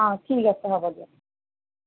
অ ঠিক আছে হ'ব দিয়ক